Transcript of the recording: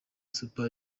super